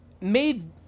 made